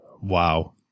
Wow